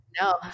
No